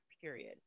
period